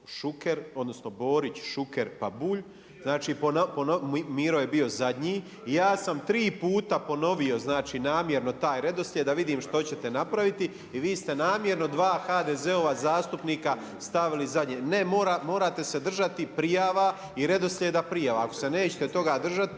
Šuker, odnosno Borić, Šuker, pa Bulj, znači, Miro je bio zadnji i ja sam 3 puta ponovi, znači namjerno taj redoslijed da vidim što ćete napraviti i vi ste namjerno 2 HDZ-ova zastupnika stavili zadnje. Ne, morate se držati prijava i redoslijeda prijava. Ako se nećete toga držati,